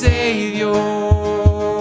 Savior